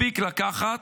מספיק לקחת,